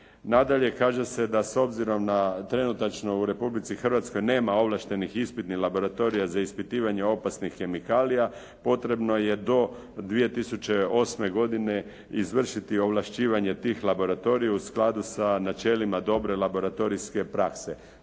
Nadalje kaže se da s obzirom da trenutačno u Republici Hrvatskoj nema ovlaštenih ispitnih laboratorija za ispitivanje opasnih kemikalija, potrebno je do 2008. godine izvršiti ovlašćivanje tih laboratorija u skladu sa načelima dobre laboratorijske prakse.